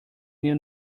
new